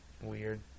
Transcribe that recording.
Weird